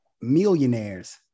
millionaires